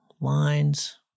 Lines